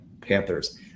panthers